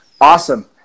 Awesome